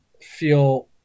feel